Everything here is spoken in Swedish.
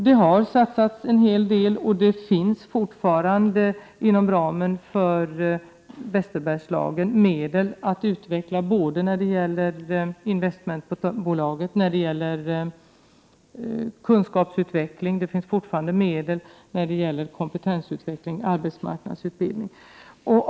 Det har satsats en hel del, och inom ramen för Västerbergslagen finns det fortfarande medel att utveckla — när det gäller investmentbolaget och när det gäller kunskapsutveckling, kompetensutveckling och arbetsmarknadsutbildning.